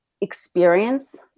experience